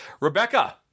Rebecca